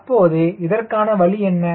அப்போது இதற்கான வழி என்ன